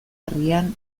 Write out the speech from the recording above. herrian